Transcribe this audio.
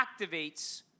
activates